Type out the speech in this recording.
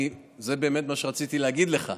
זה באמת מה שרציתי להגיד לך.